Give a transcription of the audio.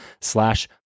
slash